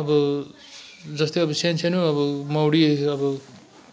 अब जस्तै अब सानो सानो अब मौरी अब